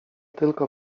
tylko